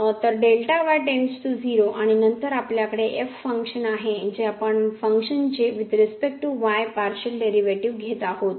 तर आणि नंतर आपल्याकडे फंक्शन आहे जे आपण च्या फंक्शनचे with respect to y partial derivative घेत आहोत